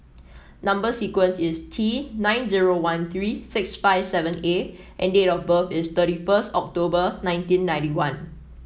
number sequence is T nine zero one three six five seven A and date of birth is thirty first October nineteen ninety one